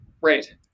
Right